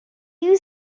you